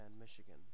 Michigan